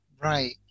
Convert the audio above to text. Right